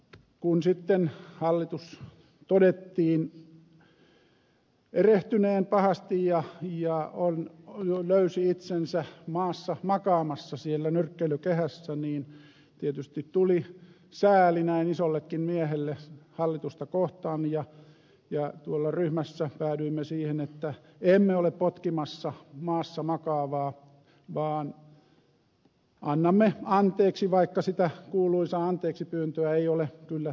kun sitten todettiin hallituksen erehtyneen pahasti ja se löysi itsensä maassa makaamassa siellä nyrkkeilykehässä niin tietysti tuli sääli näin isollekin miehelle hallitusta kohtaan ja tuolla ryhmässä päädyimme siihen että emme ole potkimassa maassa makaavaa vaan annamme anteeksi vaikka sitä kuuluisaa anteeksipyyntöä ei ole kyllä tullut